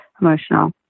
emotional